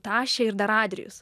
tašė ir dar adrijus